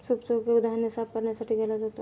सूपचा उपयोग धान्य साफ करण्यासाठी केला जातो